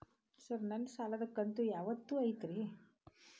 Sir ನನ್ನ ಸಾಲದ ಕಂತು ಯಾವತ್ತೂ ಐತ್ರಿ?